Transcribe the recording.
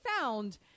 found